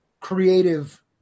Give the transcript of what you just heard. creative